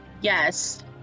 Yes